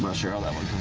um sure all that one